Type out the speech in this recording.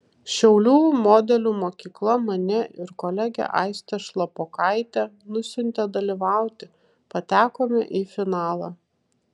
šiaulių modelių mokykla mane ir kolegę aistę šlapokaitę nusiuntė dalyvauti patekome į finalą